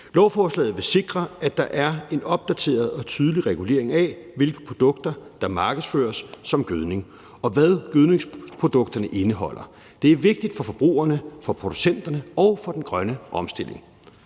Lovforslaget vil sikre, at der er en opdateret og tydelig regulering af, hvilke produkter der markedsføres som gødning, og hvad gødningsprodukterne indeholder. Det er vigtigt for forbrugerne, for producenterne og for den grønne omstilling.